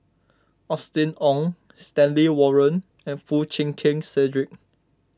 Austen Ong Stanley Warren and Foo Chee Keng Cedric